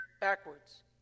backwards